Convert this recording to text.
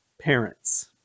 parents